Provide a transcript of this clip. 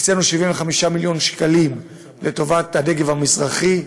הקצינו 75 מיליון שקלים לטובת הנגב המזרחי,